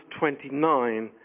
29